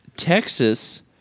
Texas